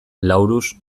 laurus